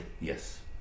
yes